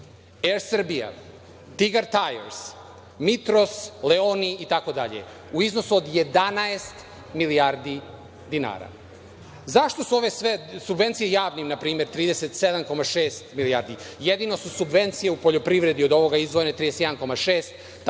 „Er Srbija“, „Tigar tajers“, „Mitros“, „Leoni“, itd. u iznosu od 11 milijardi dinara. Zašto su ove sve subvencije u javnim na primer 37,6 milijardi… Jedino su subvencije u poljoprivredi od ovoga izdvojene – 31,6, tako